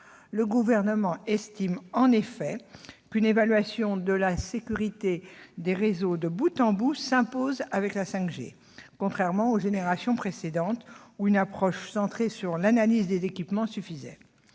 Le Gouvernement estime, en effet, qu'une évaluation de la sécurité des réseaux de bout en bout s'impose avec la 5G, contrairement aux générations précédentes où une approche centrée sur l'analyse des équipements suffisait.